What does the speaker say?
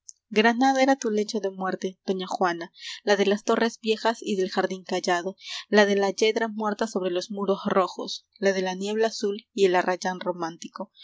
era tu lecho de muerte doña juana as torres viejas y del jardín callado de la yedra muerta sobre los muros rojos a de la niebla azul y el arrayan romántico